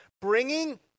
Bringing